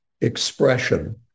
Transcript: expression